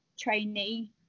trainee